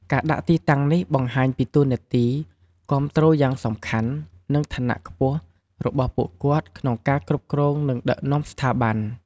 ការដាក់ទីតាំងនេះបង្ហាញពីតួនាទីគាំទ្រយ៉ាងសំខាន់ និងឋានៈខ្ពស់របស់ពួកគាត់ក្នុងការគ្រប់គ្រង និងដឹកនាំស្ថាប័ន។